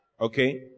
Okay